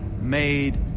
made